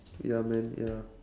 ya man ya